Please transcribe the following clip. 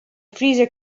freezer